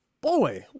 Boy